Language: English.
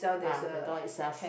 ah the door itself